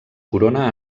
corona